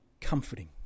comforting